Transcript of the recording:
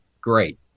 great